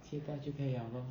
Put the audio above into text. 切开就可以了 lor